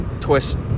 twist